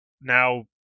now